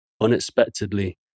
unexpectedly